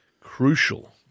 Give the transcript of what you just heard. Crucial